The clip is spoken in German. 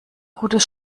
gutes